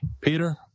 Peter